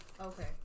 Okay